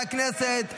הכנסת,